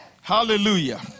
Hallelujah